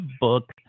book